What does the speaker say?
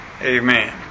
Amen